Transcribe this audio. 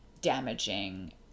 damaging